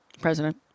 president